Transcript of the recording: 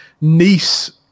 niece